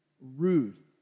rude